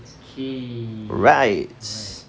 right